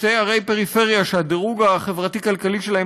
שתי ערי פריפריה שהדירוג החברתי-כלכלי שלהן